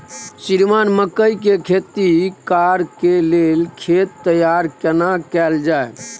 श्रीमान मकई के खेती कॉर के लेल खेत तैयार केना कैल जाए?